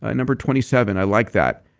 ah number twenty seven, i like that.